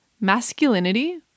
Masculinity